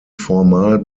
formal